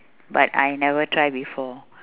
but I never try before